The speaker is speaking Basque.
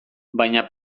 baina